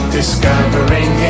discovering